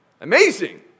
Amazing